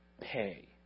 pay